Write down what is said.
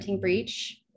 breach